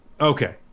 Okay